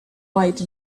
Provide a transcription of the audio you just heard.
white